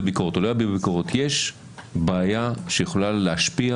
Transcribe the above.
ביקורת או לא שיש בעיה שיכולה להשפיע